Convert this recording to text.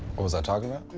was i talking about?